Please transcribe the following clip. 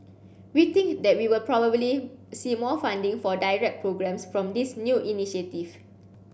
we think that we will probably see more funding for direct programmes from this new initiative